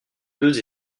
deux